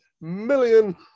million